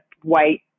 white